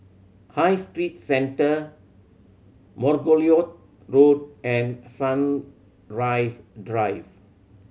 High Street Centre Margoliouth Road and Sunrise Drive